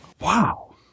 Wow